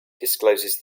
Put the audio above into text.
discloses